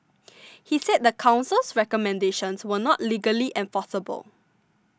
he said the Council's recommendations were not legally enforceable